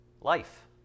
life